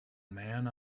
man